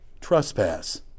trespass